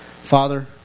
Father